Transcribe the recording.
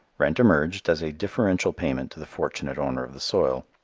rent emerged as a differential payment to the fortunate owner of the soil.